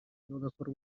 bagakora